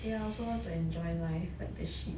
ya I also want to enjoy life like the sheep